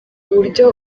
uburyo